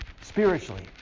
spiritually